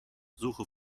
suche